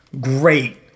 Great